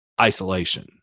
isolation